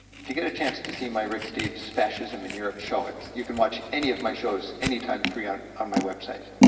if you get a chance to see my rick steves' fascism in europe show, you can watch any of my shows, anytime free on on my website.